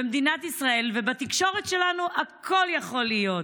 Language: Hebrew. במדינת ישראל ובתקשורת שלנו הכול יכול להיות.